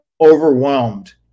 overwhelmed